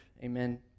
Amen